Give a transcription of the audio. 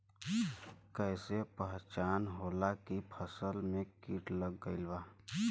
कैसे पहचान होला की फसल में कीट लग गईल बा?